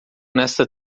nesta